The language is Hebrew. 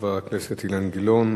חבר הכנסת אילן גילאון,